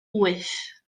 wyth